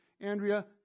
Andrea